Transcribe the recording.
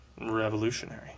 revolutionary